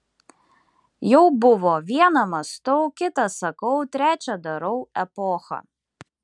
jau buvo viena mąstau kita sakau trečia darau epocha